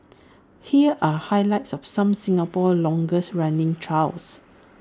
here are highlights of some Singapore's longest running trials